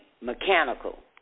mechanical